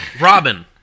Robin